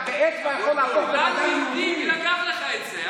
מי לקח לך את היהדות?